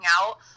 out